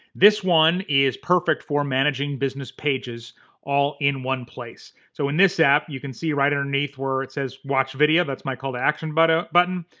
this one is perfect for managing business pages all in one place. so in this app you can see right underneath where it says watch video, that's my call to action but button,